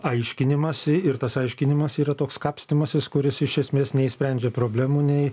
aiškinimąsi ir tas aiškinimas yra toks kapstymasis kuris iš esmės nei išsprendžia problemų nei